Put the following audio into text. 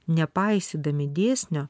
nepaisydami dėsnio